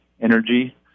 energy